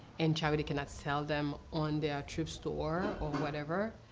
and charity cannot sell them on their thrift store or whatever.